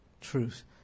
truth